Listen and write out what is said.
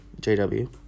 JW